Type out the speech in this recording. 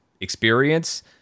experience